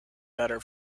better